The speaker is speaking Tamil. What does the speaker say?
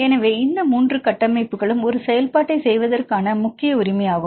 எனவே இந்த மூன்று கட்டமைப்புகளும் ஒரு செயல்பாட்டைச் செய்வதற்கான முக்கிய உரிமையாகும்